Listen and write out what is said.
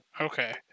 okay